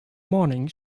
morning